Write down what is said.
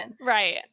Right